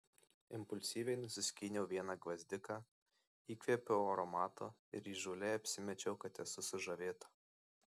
impulsyviai nusiskyniau vieną gvazdiką įkvėpiau aromato ir įžūliai apsimečiau kad esu sužavėta